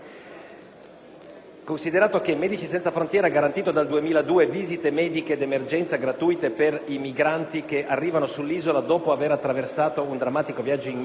Ministero dell'interno; MSF ha garantito dal 2002 visite mediche d'emergenza gratuite per i migranti che arrivano sull'isola dopo aver attraversato un drammatico viaggio in mare.